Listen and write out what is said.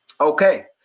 Okay